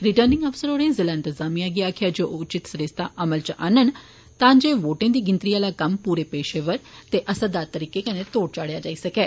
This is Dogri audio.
रिटर्निंग अफसर होरें जिला इंतजामिया गी आखेआ जे ओह उचित सरिस्ता अमल च आहन्नै तांजे वोटें दी गिनतरी दा कम्म पूरे पेशेवर ते असरदार तरीके कन्नै तोढ़ चाढ़ेया जाई सकै